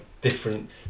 different